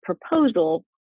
proposal